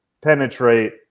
penetrate